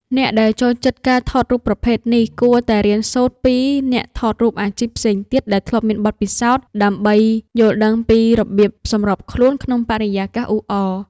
អ្នកដែលចូលចិត្តការថតរូបប្រភេទនេះ គួរតែរៀនសូត្រពី អ្នកថតរូបអាជីពផ្សេងទៀតដែលធ្លាប់មានបទពិសោធន៍ ដើម្បីយល់ដឹងពីរបៀបសម្របខ្លួនក្នុងបរិយាកាសអ៊ូអរ។